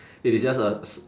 it is just a s~